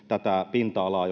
pinta alaa